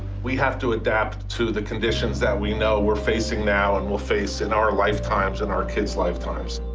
we have to adapt to the conditions that we know we're facing now and will face in our lifetimes, in our kids' lifetimes.